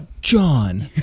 John